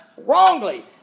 wrongly